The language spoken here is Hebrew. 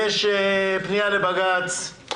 יש פנייה לבג"ץ.